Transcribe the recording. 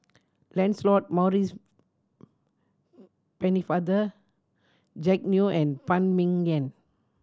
Lancelot Maurice Pennefather Jack Neo and Phan Ming Yen